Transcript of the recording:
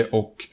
och